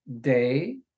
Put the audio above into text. day